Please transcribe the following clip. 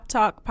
Talk